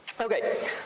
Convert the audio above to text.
Okay